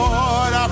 Lord